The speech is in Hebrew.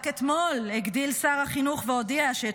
רק אתמול הגדיל שר החינוך והודיע שאת